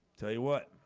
tell you what,